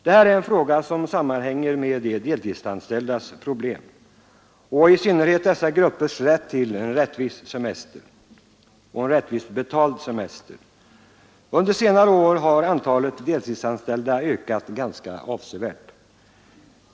Denna fråga sammanhänger med de deltidsanställdas problem och i synnerhet med dessa gruppers rätt till en rättvis och riktigt betald semester. Under senare år har antalet deltidsanställda ökat ganska avsevärt.